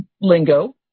lingo